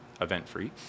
event-free